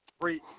three